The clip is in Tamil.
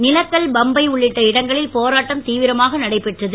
நீலக்கல் பம்பை உள்ளிட்ட இடங்களில் போராட்டம் தீவிரமாக நடைபெற்றது